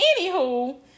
Anywho